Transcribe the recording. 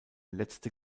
letzte